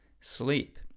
sleep